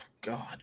God